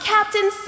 Captain